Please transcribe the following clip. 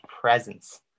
presence